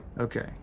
Okay